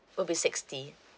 will be sixty